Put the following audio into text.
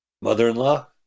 Mother-in-law